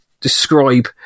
describe